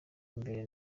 imbere